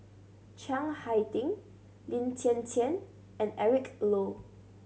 Chiang Hai Ding Lin Hsin Hsin and Eric Low